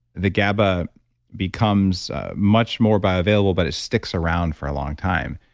the gaba becomes much more bioavailable but it sticks around for a long time.